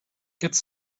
quatre